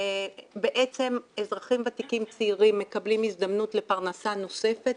בעצם אזרחים ותיקים צעירים מקבלים הזדמנות לפרנסה נוספת,